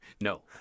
No